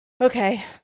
Okay